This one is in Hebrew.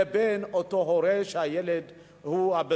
לבין אותו הורה שהילד הוא,